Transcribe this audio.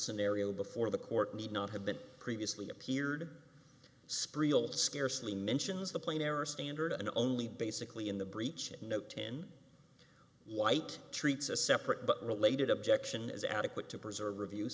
scenario before the court may not have been previously appeared springfield scarcely mentions the plain error standard and only basically in the breach in no ten white treats a separate but related objection is adequate to preserve review